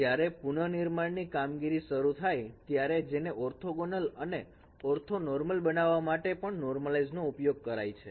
જ્યારે પુનર્નિર્માણ ની કામગીરી શરૂ થાય ત્યારે જેને ઓર્થોગોનલ અને ઓર્થોનોર્મલ બનાવવા માટે પણ નોર્મલાઇઝેસન નો ઉપયોગ કરાય છે